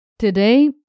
Today